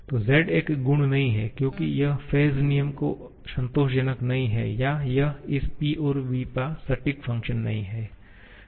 तो z एक गुण नहीं है क्योंकि यह फेज़ नियम को संतोषजनक नहीं है या यह इस P और v का सटीक फंक्शन नहीं है